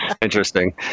Interesting